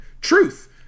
Truth